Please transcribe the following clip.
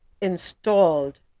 installed